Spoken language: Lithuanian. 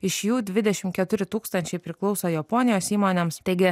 iš jų dvidešim keturi tūkstančiai priklauso japonijos įmonėms taigi